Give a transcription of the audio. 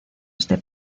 este